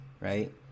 right